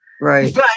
Right